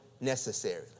necessary